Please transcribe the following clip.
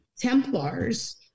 Templars